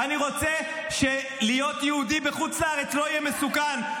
אני רוצה שלהיות יהודי בחוץ לארץ לא יהיה מסוכן,